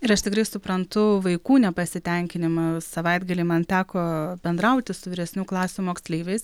ir aš tikrai suprantu vaikų nepasitenkinimą savaitgalį man teko bendrauti su vyresnių klasių moksleiviais